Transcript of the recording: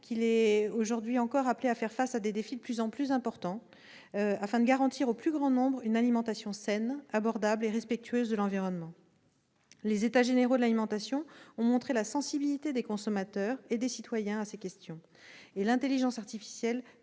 qu'il est aujourd'hui appelé à faire face à des défis de plus en plus importants, afin de garantir au plus grand nombre une alimentation saine, abordable et respectueuse de l'environnement. Les états généraux de l'alimentation ont montré la sensibilité des consommateurs et des citoyens à ces questions. L'intelligence artificielle